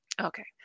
Okay